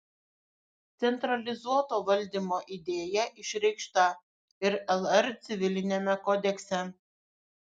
centralizuoto valdymo idėja išreikšta ir lr civiliniame kodekse